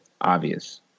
obvious